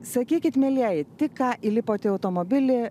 sakykit mielieji tik ką įlipot į automobilį